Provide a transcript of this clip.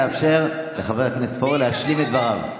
לאפשר לחבר הכנסת פורר להשלים את דבריו.